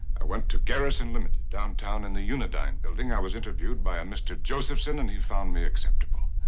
i went to garrison, limited, downtown in the unidyne building. i was interviewed by a mr. josephson, and he found me acceptable.